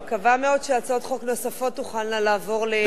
אני מקווה מאוד שהצעות חוק נוספות תוכלנה לעבור לוועדה,